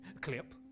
Clip